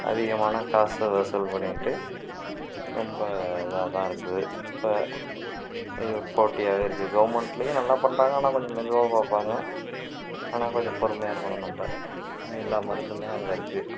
அதிகமான காசு வசூல் பண்ணிகிட்டு ரொம்ப இதாக தான் இருக்குது இப்போ இது ஒரு போட்டியாகவே இருக்கு கவுர்மெண்ட்லேயும் நல்லா பண்ணுறாங்க ஆனால் கொஞ்சம் மெதுவாக பார்ப்பாங்க ஆனால் கொஞ்சம் பொறுமையாக இருக்கணும் நம்ம எல்லா மருந்தும் அங்கே இருக்கு